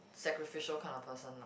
sacrificial kind of person lah